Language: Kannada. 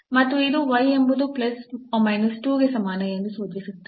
ಮತ್ತು ಇದು ಎಂಬುದು ಗೆ ಸಮಾನ ಎಂದು ಸೂಚಿಸುತ್ತದೆ